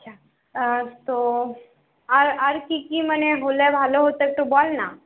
আচ্ছা তো আর আর কি কি মানে হলে ভালো হতো একটু বল না